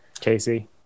Casey